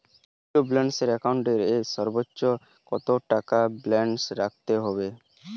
Zero balance account এর সর্বনিম্ন কত টাকা ব্যালেন্স রাখতে হবে?